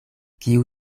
kiu